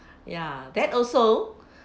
ya that also